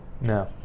No